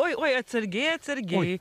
oi oi atsargiai atsargiai